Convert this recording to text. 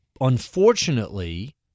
unfortunately